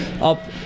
up